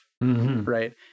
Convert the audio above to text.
Right